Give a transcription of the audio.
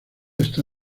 está